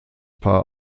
paar